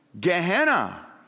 Gehenna